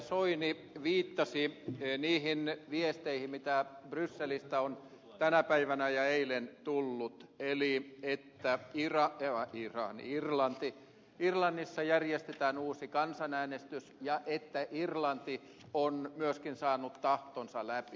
soini viittasi niihin viesteihin mitä brysselistä on tänä päivänä ja eilen tullut eli että irlannissa järjestetään uusi kansanäänestys ja että irlanti on myöskin saanut tahtonsa läpi